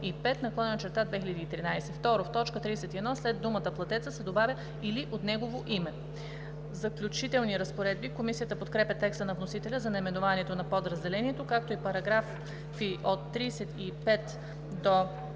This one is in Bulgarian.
2. В т. 31 след думата „платеца“ се добавя „или от негово име“.“ „Заключителни разпоредби“. Комисията подкрепя текста на вносителя за наименованието на подразделението, както и параграфи от 35 до